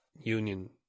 Union